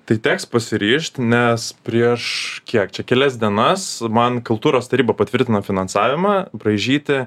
tai teks pasiryžt nes prieš kiek čia kelias dienas man kultūros taryba patvirtino finansavimą braižyti